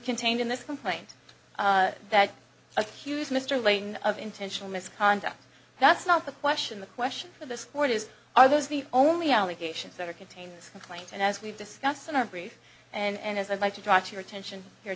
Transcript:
contained in this complaint that accuse mr lane of intentional misconduct that's not the question the question for this court is are those the only allegations that are contained in this complaint and as we've discussed in our brief and as i'd like to try to your attention here